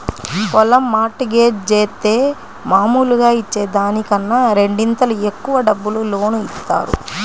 పొలం mortgage జేత్తే మాములుగా ఇచ్చే దానికన్నా రెండింతలు ఎక్కువ డబ్బులు లోను ఇత్తారు